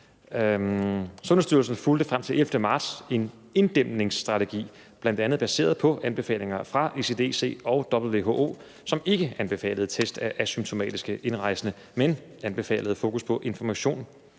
Sundhedsstyrelsen fulgte frem til den 11. marts en inddæmningsstrategi bl.a. baseret på anbefalingerne fra ECDC og WHO, som ikke anbefalede test af asymptomatiske indrejsende, men anbefalede fokus på information